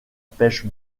pêche